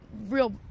real